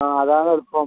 ആ അതാണ് എളുപ്പം